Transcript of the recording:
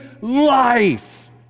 life